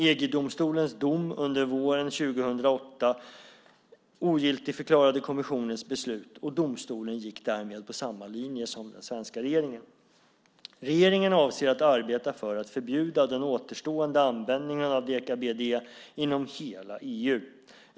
EG-domstolens dom under våren 2008 ogiltigförklarade kommissionens beslut, och domstolen gick därmed på samma linje som den svenska regeringen. Regeringen avser att arbeta för att förbjuda den återstående användningen av deka-BDE inom hela EU.